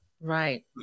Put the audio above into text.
Right